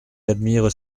admirent